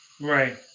Right